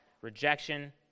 rejection